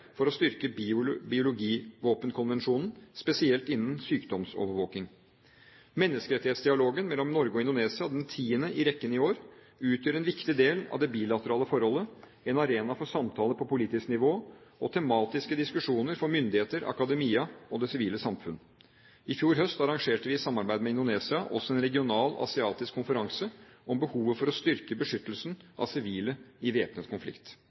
for å styrke biologivåpenkonvensjonen, spesielt innen sykdomsovervåking. Menneskerettighetsdialogen mellom Norge og Indonesia – den tiende i rekken i år – utgjør en viktig del av det bilaterale forholdet og er en arena for samtaler på politisk nivå og tematiske diskusjoner for myndigheter, akademia og det sivile samfunn. I fjor høst arrangerte vi i samarbeid med Indonesia også en regional asiatisk konferanse om behovet for å styrke beskyttelsen av sivile i væpnet konflikt.